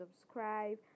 subscribe